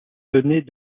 venait